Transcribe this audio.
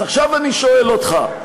אז עכשיו אני שואל אותך,